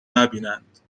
نبینند